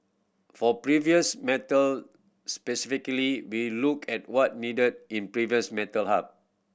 for previous metal specifically we look at what needed in previous metal hub